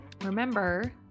remember